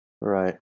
Right